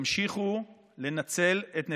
תמשיכו לנצל את נתניהו.